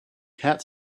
cat